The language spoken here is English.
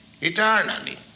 eternally